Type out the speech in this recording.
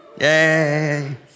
yay